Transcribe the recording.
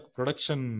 Production